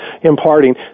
imparting